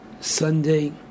Sunday